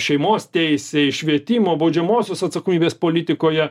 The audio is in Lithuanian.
šeimos teisei švietimo baudžiamosios atsakomybės politikoje